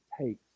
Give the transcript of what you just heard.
takes